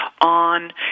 on